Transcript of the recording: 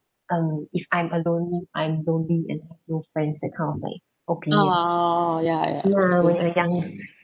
um if I'm alone I'm lonely and no friends that kind of like opinion ya when a young